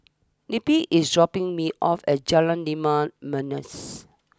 Neppie is dropping me off at Jalan Limau Manis